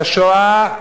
בשואה,